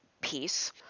piece